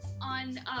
on